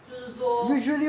就是说